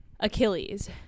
Achilles